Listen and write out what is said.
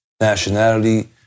nationality